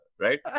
right